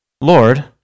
Lord